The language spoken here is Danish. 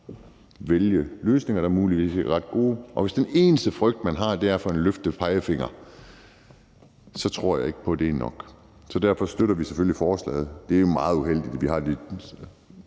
vælge løsninger, der muligvis ikke er ret gode. Og hvis den eneste frygt, man har, er at få en løftet pegefinger, så tror jeg ikke på, at det er nok. Så derfor støtter vi selvfølgelig forslaget, og det er jo meget uheldigt, at vi har